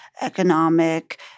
economic